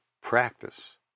practice